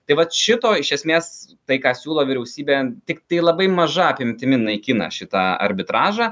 tai vat šito iš esmės tai ką siūlo vyriausybė tiktai labai maža apimtimi naikina šitą arbitražą